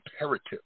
imperative